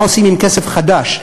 מה עושים עם כסף חדש,